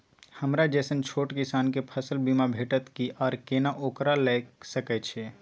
हमरा जैसन छोट किसान के फसल बीमा भेटत कि आर केना ओकरा लैय सकैय छि?